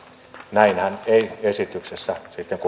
näinhän ei esityksessä sitten